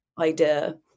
idea